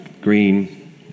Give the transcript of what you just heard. green